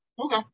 okay